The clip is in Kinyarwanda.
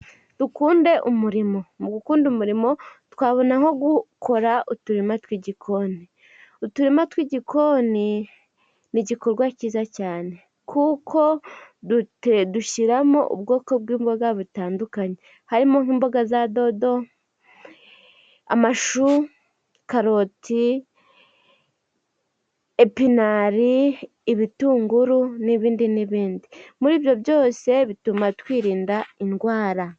Dukunde umurimo. Mu gukunda umurimo, twabona nko gukora uturima tw'igikoni. Uturima tw'igikoni ni igikorwa kiza cyane. Kuko dushyiramo ubwoko bw'imboga butandukanye. Harimo nk'imboga za dodo, amashu, karoti, epinari, ibitunguru, n'ibindi n'ibindi. Muri ibyo byose bituma twirinda indwara.